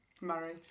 Murray